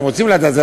שהם רוצים לדעת,